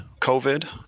COVID